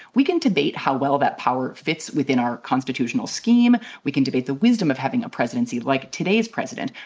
we can debate how well that power fits within our constitutional scheme. we can debate the wisdom of having a presidency like today's president,